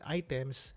items